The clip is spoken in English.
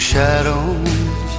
Shadows